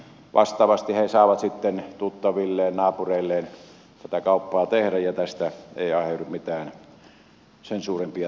vastaavasti he saavat sitten tuttavilleen naapureilleen tätä kauppaa tehdä ja tästä ei aiheudu mitään sen suurempia toimenpiteitä